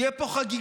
יהיו פה חגיגות.